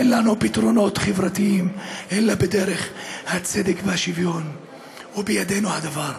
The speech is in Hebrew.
אין לנו פתרונות חברתיים אלא בדרך הצדק והשוויון ובידנו הדבר.